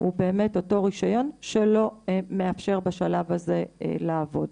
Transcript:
הוא באמת אותו רישיון שלא מאפשר בשלב הזה לעבוד.